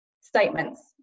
statements